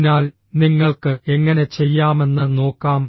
അതിനാൽ നിങ്ങൾക്ക് എങ്ങനെ ചെയ്യാമെന്ന് നോക്കാം